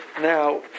Now